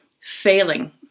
failing